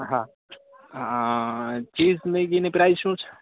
હા ચીઝ મેગીની પ્રાઇસ શું છે